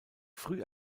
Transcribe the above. früh